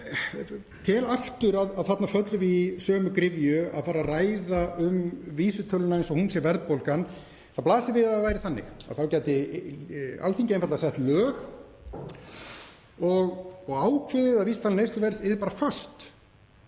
Ég tel aftur að þarna föllum við í sömu gryfju, að fara að ræða um vísitöluna eins og hún sé verðbólgan. Það blasir við að ef það væri þannig þá gæti Alþingi einfaldlega sett lög og ákveðið að vísitala neysluverðs yrði bara föst.